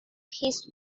his